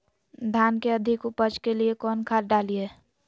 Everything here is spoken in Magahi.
धान के अधिक उपज के लिए कौन खाद डालिय?